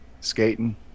Skating